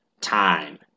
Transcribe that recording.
time